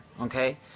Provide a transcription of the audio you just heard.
okay